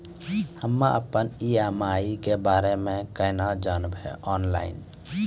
हम्मे अपन ई.एम.आई के बारे मे कूना जानबै, ऑनलाइन?